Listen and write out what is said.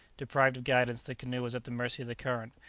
deprived of guidance, the canoe was at the mercy of the current,